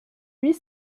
huit